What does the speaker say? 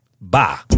Bye